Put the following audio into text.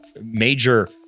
major